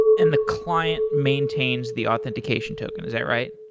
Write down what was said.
and the client maintains the authentication token, is that right?